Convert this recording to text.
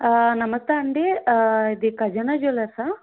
నమస్తే ఆండీ ఇది ఖజానా జ్యూలర్సా